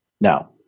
Now